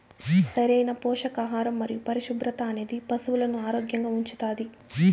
సరైన పోషకాహారం మరియు పరిశుభ్రత అనేది పశువులను ఆరోగ్యంగా ఉంచుతాది